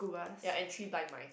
ya and three blind mice